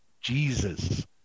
Jesus